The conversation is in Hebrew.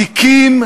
תיקים,